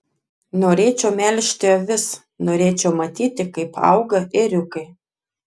norėčiau melžti avis norėčiau matyti kaip auga ėriukai